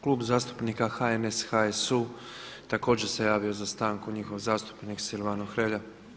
Klub zastupnika HNS-HSU također se javio za stanku, njihov zastupnik Silvano Hrelja.